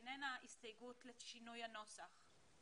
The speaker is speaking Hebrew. זאת איננה הסתייגות לשינוי הנוסח.